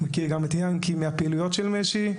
מכיר את הפעילויות של מש"י,